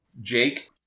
Jake